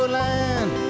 land